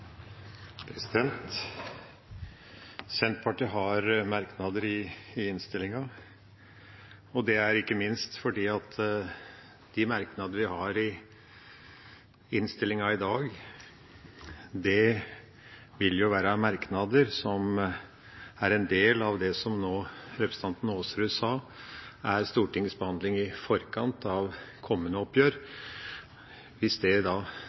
Senterpartiet har merknader i innstillinga, ikke minst fordi disse merknadene vil være merknader som er en del av det som – som representanten Aasrud nå sa – er stortingsbehandling i forkant av kommende oppgjør hvis det